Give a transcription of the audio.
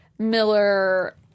Miller